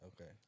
Okay